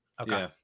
Okay